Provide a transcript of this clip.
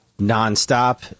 nonstop